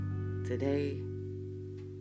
Today